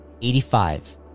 85